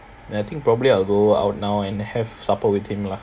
and I think probably I will go out now and have supper with him lah